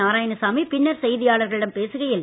நாராயணசாமி பின்னர் செய்தியாளர்களிடம் பேசுகையில் வி